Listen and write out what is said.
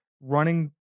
running